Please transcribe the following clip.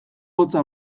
hotza